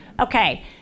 okay